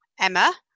Emma